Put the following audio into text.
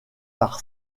par